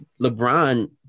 LeBron